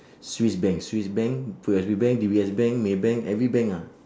swiss bank swiss bank P_O_S_B bank D_B_S bank maybank every bank ah